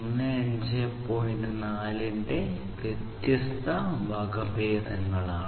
4 ന്റെ വ്യത്യസ്ത വകഭേദങ്ങളാണ്